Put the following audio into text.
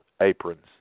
aprons